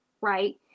right